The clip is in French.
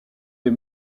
des